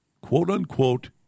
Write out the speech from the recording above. quote-unquote